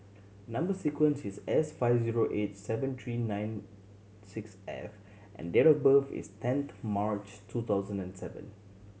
number sequence is S five zero eight seven three nine six F and date of birth is tenth March two thousand and seven